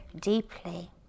deeply